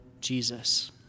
Jesus